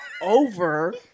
over